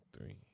Three